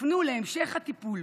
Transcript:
הופנו להמשך הטיפול,